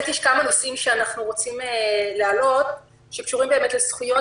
יש כמה נושאים שאנחנו רוצים להעלות שקשורים לזכויות